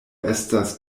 estas